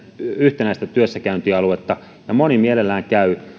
yhtenäistä työssäkäyntialuetta ja moni mielellään käy